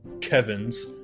Kevin's